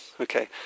Okay